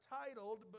titled